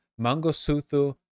Mangosuthu